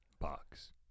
box